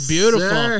Beautiful